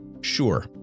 Sure